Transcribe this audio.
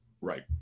right